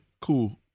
cool